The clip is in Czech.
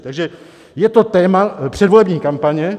Takže je to téma předvolební kampaně.